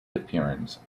appearance